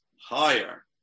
higher